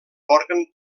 òrgan